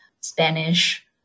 Spanish